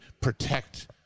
protect